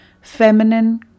feminine